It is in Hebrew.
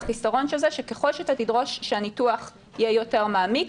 החיסרון של זה שככל שאתה תדרוש שהניתוח יהיה יותר מעמיק,